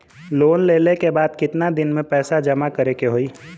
Loan लेले के बाद कितना दिन में पैसा जमा करे के होई?